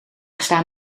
staan